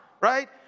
right